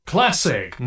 Classic